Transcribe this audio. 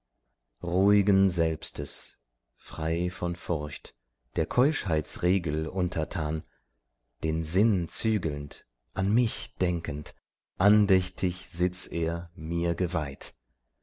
ruhigen selbstes frei von furcht der keuschheitsregel untertan den sinn zügelnd an mich denkend andächtig sitz er mir geweiht